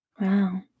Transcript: wow